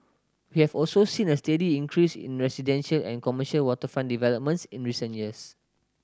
we have also seen a steady increase in residential and commercial waterfront developments in recent years